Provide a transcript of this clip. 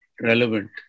relevant